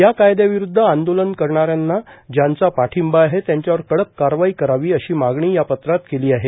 या कायद्यांविरुद्ध आंदोलन करणाऱ्यांना ज्यांचा पाठिंबा आहे त्यांच्यावर कडक कारवाई करावी अशी मागणी या पत्रात केली आहे